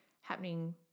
happening